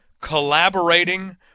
collaborating